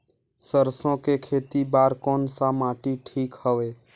सरसो के खेती बार कोन सा माटी ठीक हवे?